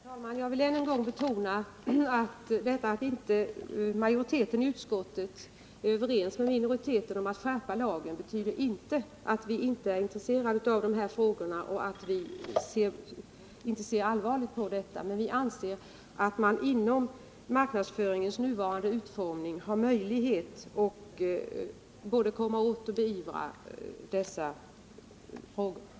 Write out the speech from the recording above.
Herr talman! Jag vill än en gång betona att det faktum att majoriteten i utskottet inte är överens med minoriteten om att skärpa lagen inte betyder att vi är ointresserade av dessa frågor eller att vi inte ser allvarligt på detta. Men vi anser att man genom marknadsföringslagens nuvarande utformning har möjlighet att både komma åt och beivra överträdelser på detta område.